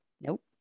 Nope